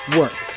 work